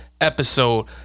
episode